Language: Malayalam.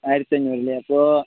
ആയിരത്തി അഞ്ഞൂറ് അല്ലെ അപ്പോൾ